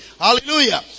Hallelujah